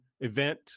event